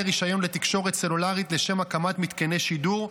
רישיון לתקשורת סלולרית לשם הקמת מתקני שידור,